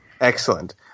Excellent